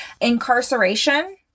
incarceration